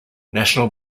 national